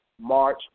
March